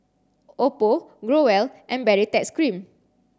Oppo Growell and Baritex cream